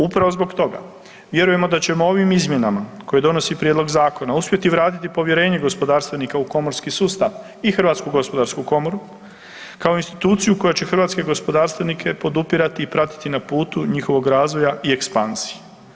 Upravo zbog toga vjerujemo da ćemo ovim izmjenama koje donosi prijedlog zakona uspjeti vratiti povjerenje gospodarstvenika u komorski sustav i HGK kao instituciju koja će hrvatske gospodarstvenike podupirati i pratiti na putu njihovog razvoja i ekspanzije.